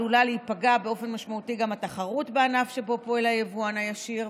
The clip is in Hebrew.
עלולה להיפגע באופן משמעותי גם התחרות בענף שבו פועל היבואן הישיר,